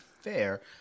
fair